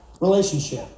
relationship